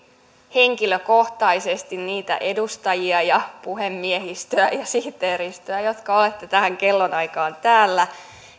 henkilökohtaisesti niitä edustajia ja puhemiehistöä ja sihteeristöä jotka olette tähän kellonaikaan täällä